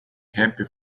happy